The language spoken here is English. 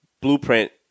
Blueprint